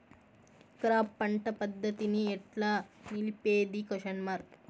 Crop పంట పద్ధతిని ఎట్లా నిలిపేది?